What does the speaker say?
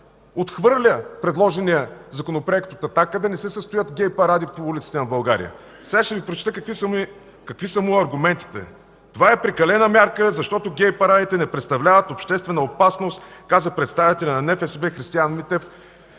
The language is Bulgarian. отхвърля предложеният законопроект от „Атака” да не се състоят гей паради по улиците на България. Сега ще прочета какви са му аргументите: „Това е прекалена мярка, защото гей парадите не представляват обществена опасност”, каза представителят на НФСБ Христиан Митев